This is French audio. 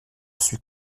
suis